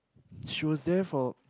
she was there for